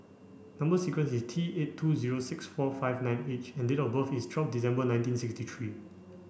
number sequence is T eight two zero six four five nine H and date of birth is twelve December nineteen sixty three